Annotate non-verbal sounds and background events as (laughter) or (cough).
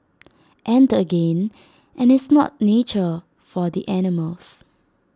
(noise) and again (noise) and it's not nature for the animals